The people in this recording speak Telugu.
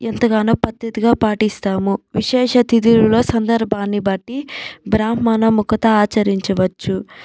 ఎంతగానో పద్దతిగా పాటిస్తాము విశేష తిధులలో సందర్భాన్ని బట్టి బ్రాహ్మణ ముఖత ఆచరించవచ్చు